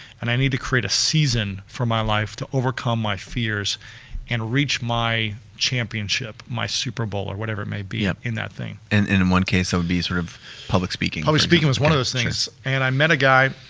and i need to create a season for my life, to overcome my fears and reach my championship, my super bowl or whatever it may be in that thing. and in one case that would be sort of public speaking. public was one of those things and i met a guy